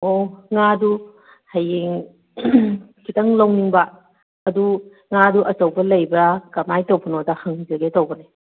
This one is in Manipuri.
ꯑꯣ ꯉꯥꯗꯨ ꯍꯌꯦꯡ ꯈꯤꯇꯪ ꯂꯧꯅꯤꯡꯕ ꯑꯗꯨ ꯉꯥꯗꯨ ꯑꯆꯧꯕ ꯂꯩꯕ꯭ꯔꯥ ꯀꯃꯥꯏꯅ ꯇꯧꯕꯅꯣꯗꯣ ꯍꯪꯖꯒꯦ ꯇꯧꯕꯅꯤ